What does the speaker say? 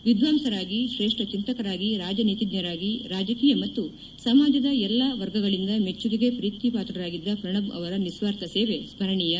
ವಿದ್ವಾಂಸರಾಗಿ ಶ್ರೇಷ್ತ ಚಿಂತಕರಾಗಿ ರಾಜನೀತಿಜ್ಞರಾಗಿ ರಾಜಕೀಯ ಮತ್ತು ಸಮಾಜದ ಎಲ್ಲ ವರ್ಗಗಳಿಂದ ಮೆಚ್ಚುಗೆಗೆ ಪ್ರೀತಿ ಪಾತ್ರರಾಗಿದ್ದ ಪ್ರಣಬ್ ಅವರ ನಿಸ್ವಾರ್ಥ ಸೇವೆ ಸ್ಮರಣೀಯ